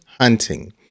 hunting